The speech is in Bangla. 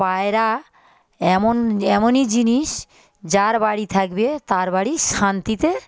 পায়রা এমন এমনই জিনিস যার বাড়ি থাকবে তার বাড়ি শান্তিতে